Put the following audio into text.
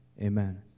Amen